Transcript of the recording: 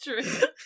true